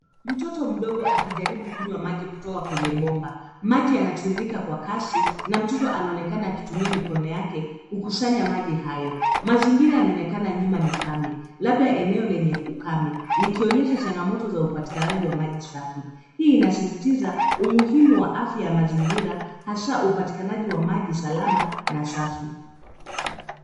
Mtoto mdogo akijaribu kunywa maji kutoka kwenye bomba. Maji yanatiririka kwa kasi na mtoto anaonekana akitumia mikono yake kukusanya maji hayo. Mazingira yanaonekana nyuma ni kame labda eneo lenye ukame likionyesha changamoto ya upatikanaji wa maji safi. Hii inasisitiza umuhimu wa afya ya mazingira hasa upatikanaji wa maji salama na safi.